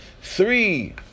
three